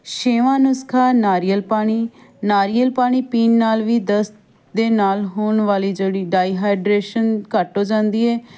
ਛੇਵਾਂ ਨੁਸਖਾ ਨਾਰੀਅਲ ਪਾਣੀ ਨਾਰੀਅਲ ਪਾਣੀ ਪੀਣ ਨਾਲ ਵੀ ਦਸਤ ਦੇ ਨਾਲ ਹੋਣ ਵਾਲੀ ਜਿਹੜੀ ਡਾਈਹੈਡਰੇਸ਼ਨ ਘੱਟ ਹੋ ਜਾਂਦੀ ਏ